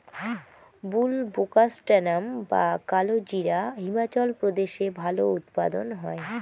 বুলবোকাস্ট্যানাম বা কালোজিরা হিমাচল প্রদেশে ভালো উৎপাদন হয়